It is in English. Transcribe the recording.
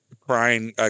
crying